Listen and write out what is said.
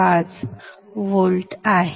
5 volt आहेत